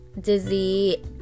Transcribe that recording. dizzy